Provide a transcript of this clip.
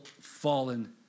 fallen